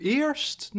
eerst